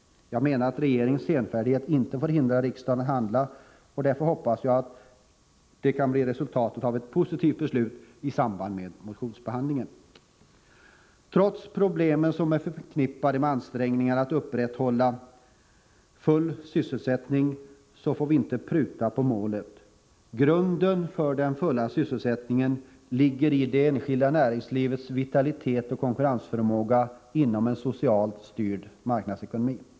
Jag menar att regeringens senfärdighet inte får hindra riksdagen att handla, och därför hoppas jag att det kan bli ett positivt resultat i samband med motionsbehandlingen. Trots de problem som är förknippade med ansträngningarna att upprätthålla full sysselsättning, får vi inte pruta när det gäller målet. Grunden för den fulla sysselsättningen ligger i det enskilda näringslivets vitalitet och konkurrensförmåga inom en socialt styrd marknadsekonomi.